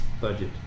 budget